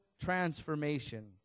Transformation